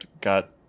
got